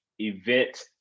event